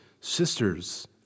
sisters